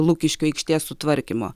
lukiškių aikštės sutvarkymo